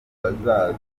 bagasanga